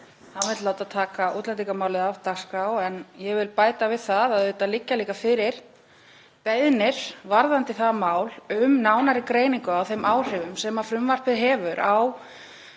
vill láta taka útlendingamálið af dagskrá. En ég vil bæta við að auðvitað liggja líka fyrir beiðnir varðandi það mál um nánari greiningu á þeim áhrifum sem frumvarpið hefur á